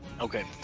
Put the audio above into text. Okay